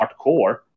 hardcore